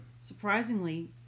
surprisingly